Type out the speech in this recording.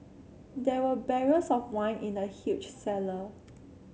there were barrels of wine in the huge cellar